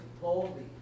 boldly